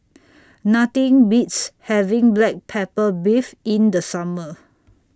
Nothing Beats having Black Pepper Beef in The Summer